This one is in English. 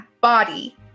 body